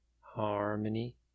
Harmony